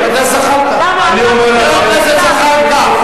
למה אתה, חבר הכנסת זחאלקה.